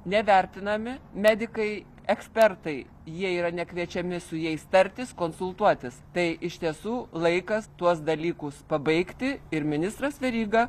nevertinami medikai ekspertai jie yra nekviečiami su jais tartis konsultuotis tai iš tiesų laikas tuos dalykus pabaigti ir ministras veryga